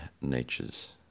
natures